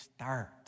start